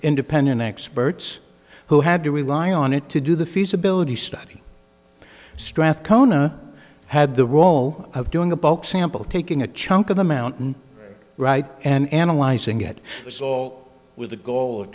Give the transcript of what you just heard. independent experts who had to rely on it to do the feasibility study strathcona had the role of doing the bulk sample taking a chunk of the mountain right and analyzing it so with the goal of